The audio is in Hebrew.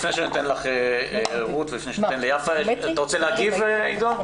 לפני שניתן לרות וליפה לדבר, אתה רוצה להגיב עידו?